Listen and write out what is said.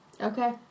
Okay